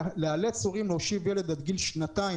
לאלץ הורים להושיב ילד עד גיל שנתיים